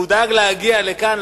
הוא דאג להגיע לכאן,